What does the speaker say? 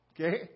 Okay